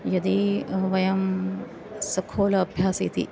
यदि वयं सखोल अभ्यास इति